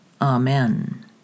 Amen